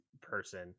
person